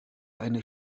eine